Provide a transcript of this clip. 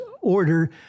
order